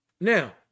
Now